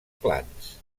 clans